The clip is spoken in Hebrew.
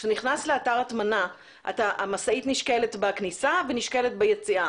כשאתה נכנס לאתר הטמנה המשאית נשקלת בכניסה ונשקלת ביציאה.